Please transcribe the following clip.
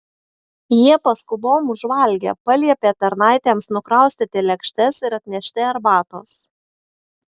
jie paskubom užvalgė paliepė tarnaitėms nukraustyti lėkštes ir atnešti arbatos